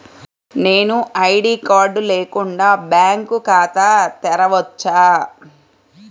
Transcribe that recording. నేను ID card లేకుండా bank ఖాతా తెరవచ్చా?